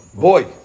boy